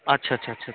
আচ্ছা আচ্ছা আচ্ছা